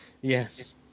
Yes